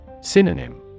Synonym